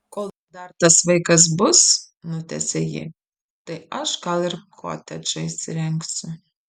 kol dar tas vaikas bus nutęsia ji tai aš gal ir kotedžą įsirengsiu